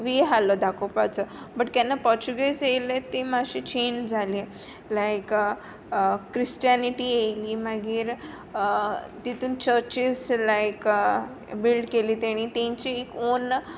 वे आसलो दाखोवपाचो बट केन्ना पोर्च्युगेज आयिल्ले ते मातशे चँज जाले लायक क्रिश्टिएनिटी आयली मागीर तितूंत चर्चीज लायक बिल्ड केली तांणी तांची एक औन